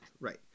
Right